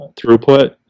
throughput